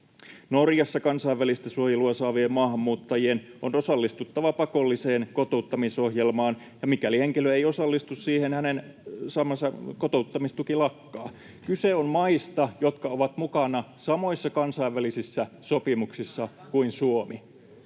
Norjassa kansainvälistä suojelua saavien maahanmuuttajien on osallistuttava pakolliseen kotouttamisohjelmaan, ja mikäli henkilö ei osallistu siihen, hänen saamansa kotouttamistuki lakkaa. Kyse on maista, jotka ovat samoissa kansainvälisissä sopimuksissa kuin Suomi.